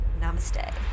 namaste